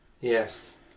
Yes